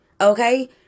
okay